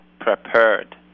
prepared